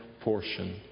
portion